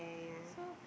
so